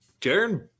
Jaron